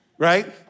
Right